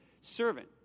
servant